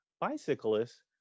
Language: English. bicyclists